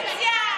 אני קובע,